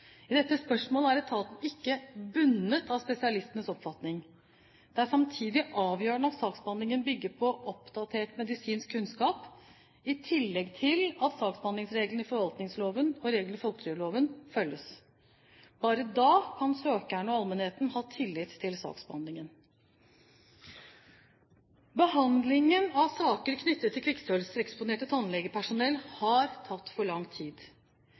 I dette spørsmålet er etaten ikke «bundet» av spesialistens oppfatning. Det er samtidig avgjørende at saksbehandlingen bygger på oppdatert medisinsk kunnskap, i tillegg til at saksbehandlingsreglene i forvaltningsloven og reglene i folketrygdloven følges. Bare da kan søkerne og allmennheten ha tillit til saksbehandlingen. Behandlingen av saker knyttet til kvikksølveksponert tannhelsepersonell har tatt for lang tid.